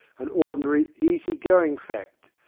an ordinary, easy-going fact,